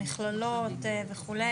המכללות וכו',